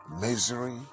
misery